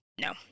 no